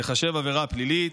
ייחשב עבירה פלילית.